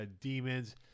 Demons